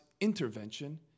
intervention